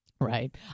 Right